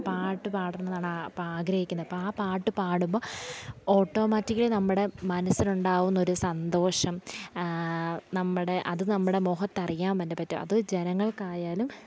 പാട്ടു പാടണമെന്നാണാ പാ ആഗ്രഹിക്കുന്നത് അപ്പം ആ പാട്ടു പാടുമ്പം ഓട്ടോമാറ്റിക്കല്ലി നമ്മുടെ മനസ്സിലുണ്ടാകുന്നൊരു സന്തോഷം നമ്മുടെ അതു നമ്മുടെ മുഖത്തറിയാൻ വന്നാൽ പറ്റും അതു ജനങ്ങൾക്കായാലും